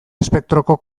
espektroko